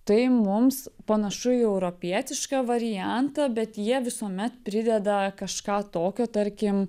tai mums panašu į europietišką variantą bet jie visuomet prideda kažką tokio tarkim